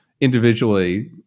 individually